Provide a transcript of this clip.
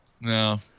No